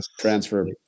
transfer